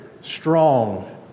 strong